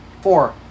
four